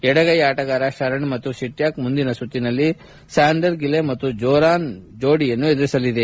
ಎಡಗೈ ಆಣಗಾರ ಶರಣ್ ಮತ್ತು ಸಿಟ್ಯಾಕ್ ಮುಂದಿನ ಸುತ್ತನಲ್ಲಿ ಸ್ಯಾಂಡೆರ್ ಗಿಲೆ ಮತ್ತು ಜೊರಾನ್ ವ್ಷೀಜೆನ್ ಜೋಡಿಯನ್ನು ಎದುರಿಸಲಿದೆ